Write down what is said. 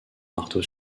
marteau